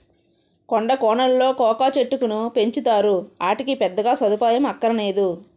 కొండా కోనలలో కోకా చెట్టుకును పెంచుతారు, ఆటికి పెద్దగా సదుపాయం అక్కరనేదు